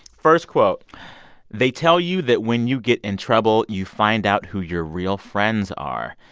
first quote they tell you that when you get in trouble, you find out who your real friends are.